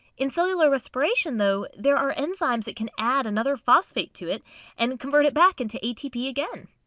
in cellular respiration though, there are enzymes that can add another phosphate to it and convert it back into atp again.